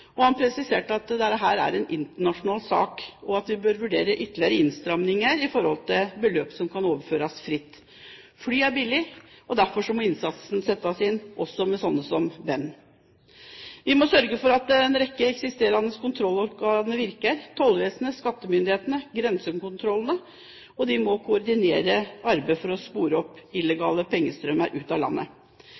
Han presiserte at dette er en internasjonal sak, og at vi bør vurdere ytterligere innstramminger i beløp som kan overføres fritt. Fly er billig, derfor må innsatsen også settes inn med sånne som Ben. Vi må sørge for at en rekke eksisterende kontrollorganer virker, som Tollvesenet, skattemyndighetene og grensekontrollene, og de må koordinere arbeidet for å spore opp illegale pengestrømmer ut av landet.